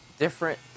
different